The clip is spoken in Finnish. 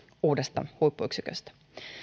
uudesta huippuyksiköstä